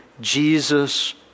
Jesus